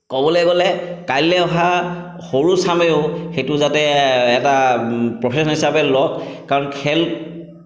ক'বলৈ গ'লে কাইলৈ অহা সৰুচামেও সেইটো যাতে এটা প্ৰফেশ্যন হিচাপে লওক কাৰণ খেল